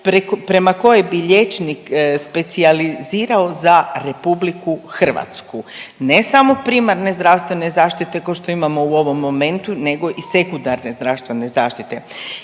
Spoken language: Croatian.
prema kojoj bi liječnik specijalizirao za RH, ne samo primarne zdravstvene zaštite ko što imamo u ovom momentu nego i sekundarne zdravstvene zaštite